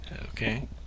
Okay